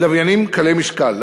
לוויינים קלי משקל,